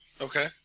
Okay